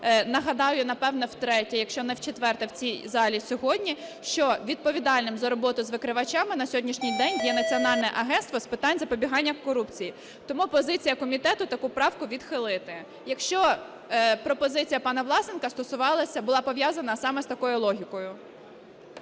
нагадаю, напевно втретє, якщо не вчетверте в ці залі сьогодні, що відповідальним за роботу з викривачами на сьогоднішній день є Національне агентство з питань запобігання корупції. Тому позиція комітету - таку правку відхилити. Якщо пропозиція пана Власенка стосувалася, була пов'язана саме з такою логікою.